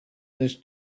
this